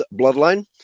bloodline